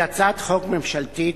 היא הצעת חוק ממשלתית,